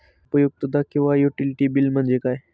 उपयुक्तता किंवा utility bill म्हणजे काय?